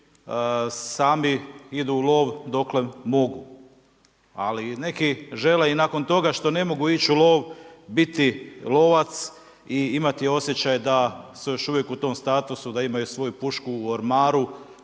sami idu u lov dokle mogu. Ali neki žele i nakon toga što ne mogu ići u lov biti lovac i imati osjećaj da su još uvijek u tom statusu da imaju svoju pušku u ormaru